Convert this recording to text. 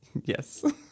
Yes